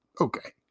okay